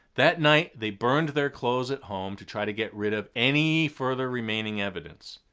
that night they burned their clothes at home to try to get rid of any further remaining evidence,